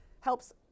helps